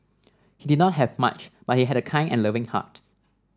he did not have much but he had a kind and loving heart